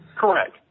Correct